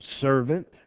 servant